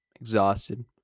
exhausted